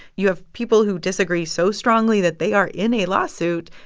you have people who disagree so strongly that they are in a lawsuit,